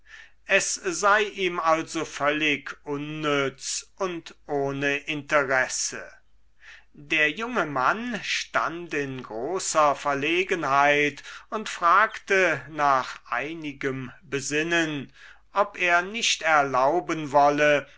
es sei ihm also völlig unnütz und ohne interesse der junge mann stand in großer verlegenheit und fragte nach einigem besinnen ob er nicht erlauben wolle